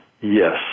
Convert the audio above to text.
Yes